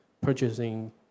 purchasing